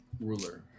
ruler